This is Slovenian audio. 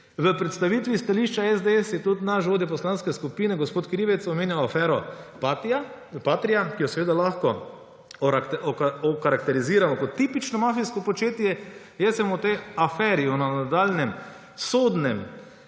V predstavitvi stališča SDS je tudi naš vodja poslanske skupine gospod Krivec omenjal afero Patria, ki jo seveda lahko okarakteriziramo kot tipično mafijsko početje. Jaz sem o tej aferi, o nadaljnjem sodnem